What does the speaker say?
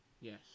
Yes